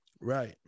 right